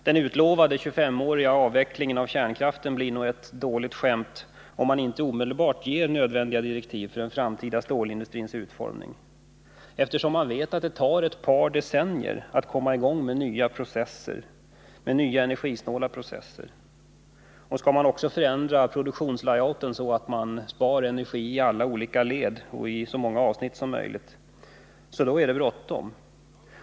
Den utlovade 25-åriga avvecklingen av kärnkraften blir nog ett dåligt skämt om man inte omedelbart ger nödvändiga direktiv för den framtida stålindustrins utformning, eftersom det tar ett par decennier att komma i gång med nya energisnåla processer. Skall man också förändra produktionslayouten, så att man spar energi i olika led och på så många avsnitt som möjligt, är det bråttom.